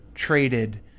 Traded